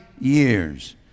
years